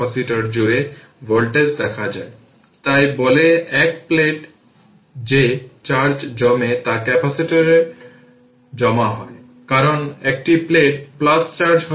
সুতরাং এই ক্ষেত্রে যা ঘটবে তা হল মূলত 6 i2 2 i1 3 i 0 লুপ 2 এর জন্য এটি 6 i2 2 i1 3 i 0 এটি হল ইকুয়েশন 4